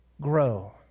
grow